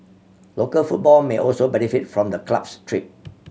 local football may also benefit from the club's trip